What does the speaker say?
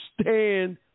stand